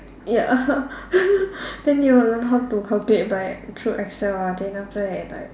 ya then you will learn how to calculate by through Excel ah then after that like